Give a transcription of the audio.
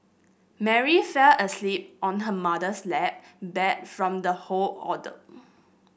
Mary fell asleep on her mother's lap bat from the whole ordeal